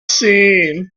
seen